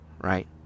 right